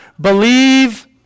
believe